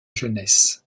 jeunesse